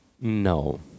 No